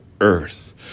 earth